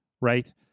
right